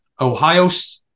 Ohio's